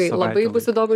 labai bus įdomu